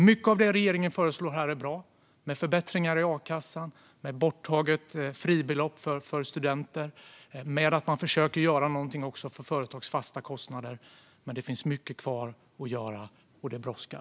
Mycket av det som regeringen föreslår är bra: förbättringar i a-kassan, borttaget fribelopp för studenter och försök att göra något åt företagens fasta kostnader. Men det finns mycket kvar att göra, herr talman, och det brådskar.